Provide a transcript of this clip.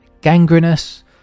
gangrenous